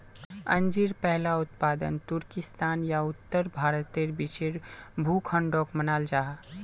अंजीर पहला उत्पादन तुर्किस्तान या उत्तर भारतेर बीचेर भूखंडोक मानाल जाहा